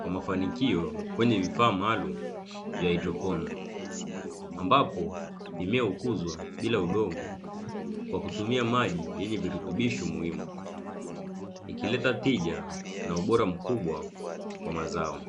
kwa mafanikio kwenye vifaa maalumu vya haidroponi, ambapo mimea hukuzwa bila udongo kwa kutumia maji yenye virutubisho muhimu ikileta tija na ubora mkubwa wa mazao.